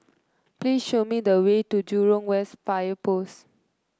please show me the way to Jurong West Fire Post